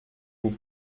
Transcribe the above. vous